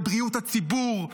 לבריאות הציבור,